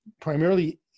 primarily